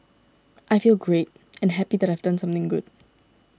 I feel great and happy that I've done something good